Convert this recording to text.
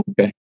Okay